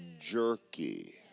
jerky